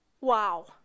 wow